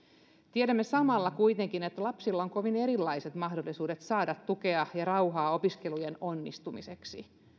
tiedämme samalla kuitenkin että lapsilla on kovin erilaiset mahdollisuudet saada tukea ja rauhaa opiskelujen onnistumiseksi